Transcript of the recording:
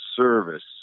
service